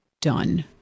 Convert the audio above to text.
done